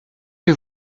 que